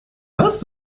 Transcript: hörst